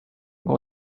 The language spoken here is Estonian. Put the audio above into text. ning